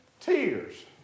tears